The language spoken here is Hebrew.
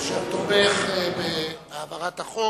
אשר תומך בהעברת החוק